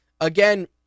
again